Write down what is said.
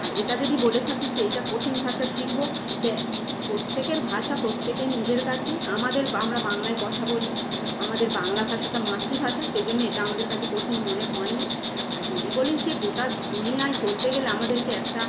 আর এটা যদি বলে থাকিস যে এটা কঠিন ভাষা শিখবো দেখ প্রত্যেকের ভাষা প্রত্যেকের নিজের কাছেই আমাদের আমরা বাংলায় কথা বলি আমাদের বাংলা ভাষাটা মাতৃভাষা সেই জন্যে এটা আমাদের কাছে কঠিন মনে হয় না আর যদি বলিস যে গোটা দুনিয়ায় চলতে গেলে আমাদেরকে একটা